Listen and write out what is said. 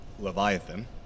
Leviathan